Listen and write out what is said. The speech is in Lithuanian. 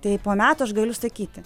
tai po metų aš galiu sakyti